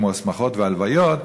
כמו שמחות והלוויות,